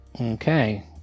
okay